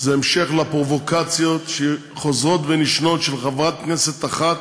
זה המשך של הפרובוקציות החוזרות ונשנות של חברת כנסת אחת,